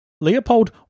Leopold